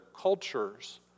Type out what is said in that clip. cultures